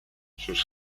sus